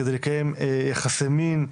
כדי לקיים יחסי מין,